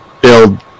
build